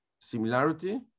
similarity